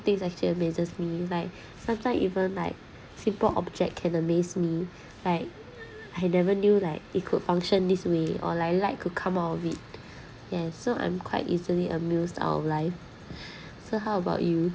things actually amazes me like sometime even like simple object can amaze me like I never knew like it could function this way or like light could come out of it yes so I'm quite easily amused out of life so how about you